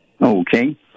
Okay